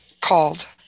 called